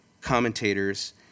commentators